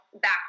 back